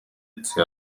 ndetse